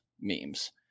memes